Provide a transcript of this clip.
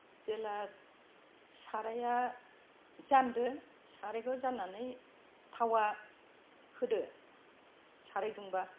जेब्ला साराया जानदो सारायखौ जाननानै थावा होदो साराय दुंबा